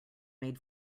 made